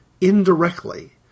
indirectly